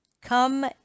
come